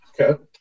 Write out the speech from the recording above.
Okay